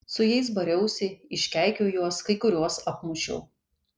su jais bariausi iškeikiau juos kai kuriuos apmušiau